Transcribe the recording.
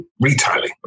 retailing